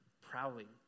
prowling